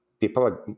People